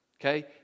okay